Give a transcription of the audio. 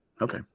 okay